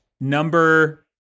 number